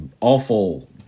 awful